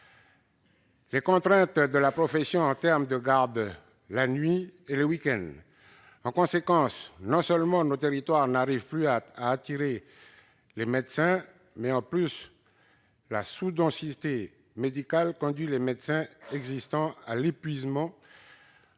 les contraintes de la profession en termes de garde la nuit et le week-end. En conséquence, non seulement nos territoires n'arrivent plus à attirer de médecins, mais en plus la sous-densité médicale conduit les médecins en place à l'épuisement,